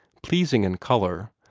pleasing in color,